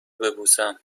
ببوسم